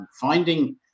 Finding